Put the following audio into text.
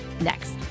Next